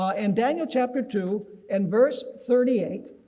ah and daniel chapter two and verse thirty eight,